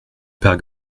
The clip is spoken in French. père